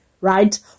right